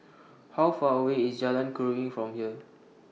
How Far away IS Jalan Keruing from here